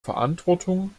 verantwortung